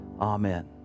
Amen